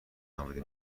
نامیده